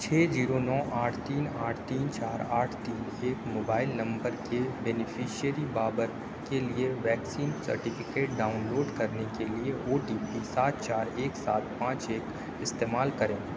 چھ زیرو نو آٹھ تین آٹھ تین چار آٹھ تین ایک موبائل نمبر کے بینیفشیری بابر کے لیے ویکسین سرٹیفکیٹ ڈاؤن لوڈ کرنے کے لیے او ٹی پی سات چار ایک سات پانچ ایک استعمال کریں